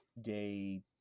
day